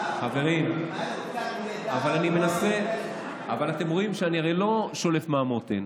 חברים, הרי אתם רואים שאני לא שולף מהמותן.